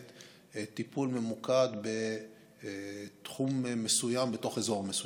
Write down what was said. טיפול ממוקד בתחום מסוים בתוך אזור מסוים.